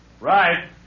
Right